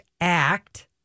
act